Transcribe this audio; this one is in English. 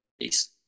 Peace